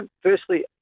Firstly